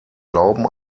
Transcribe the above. glauben